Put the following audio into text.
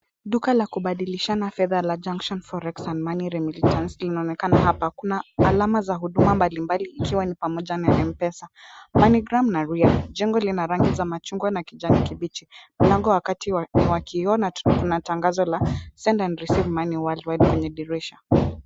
Duka la kunadilishana fedha la Junction Forex and Money Remittance linaonekana hapa. Kuna alama za huduma mbalimbali ikiwa ni pamoja na Mpesa, MoneyGram, na Ria. Jengo lina rangi za machungwa na kijani kibichi. Mlango wa kati wa kioo una tangazo Send and Receive Money Worldwide kwenye dirisha.